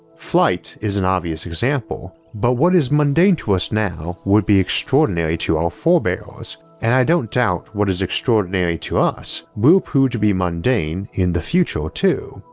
flight is an obvious example. but, what is mundane to us now would be extraordinary to our forebears, and i don't doubt what is extraordinary to us will prove to be mundane in the future too.